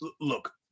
Look